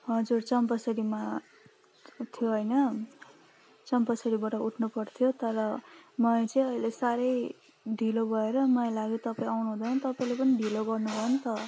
हजुर चम्पासरीमा थियो होइन चम्पासरीबाट उठ्नु पर्थ्यो तर मैले चाहिँ अहिले साह्रै ढिलो भएर मलाई लाग्यो तपाईँ आउनु हुँदैन तपाईँले पनि ढिलो गर्नु भयो नि त